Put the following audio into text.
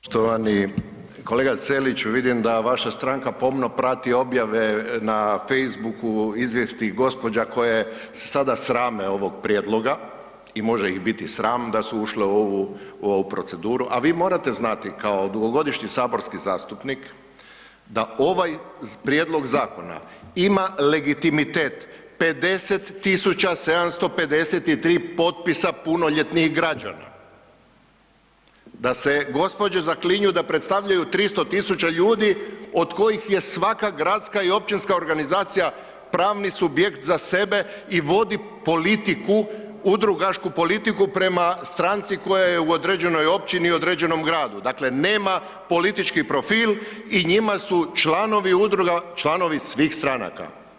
Poštovani kolega Celiću, vidim da vaša stranka pomno prati objave na Facebooku, izvijesti ih gospođa koja se sada srame ovog prijedloga i može ih biti sram da su ušle u ovu proceduru, a vi morate znati kao dugogodišnji saborski zastupnik da ovaj prijedlog zakona ima legitimitet 50 753 potpisa punoljetnih građana, da se gospođe zaklinju da predstavljaju 300 tisuća ljudi, od kojih je svaka gradska i općinska organizacija pravni subjekt za sebe i vodi politiku, udrugašku politiku prema stranci koja je u određenoj općini ili određenom gradu, dakle nema politički profil i njima su članovi udruga, članovi svih stranaka.